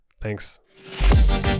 Thanks